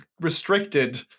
restricted